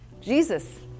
Jesus